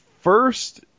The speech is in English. first